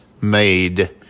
made